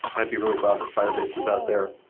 i'd be really glad that firebase is out there.